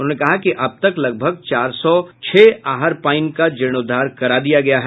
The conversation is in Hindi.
उन्होंने कहा कि अब तक लगभग चार सौ छह आहर पइन का जीर्णोद्वार करा दिया गया है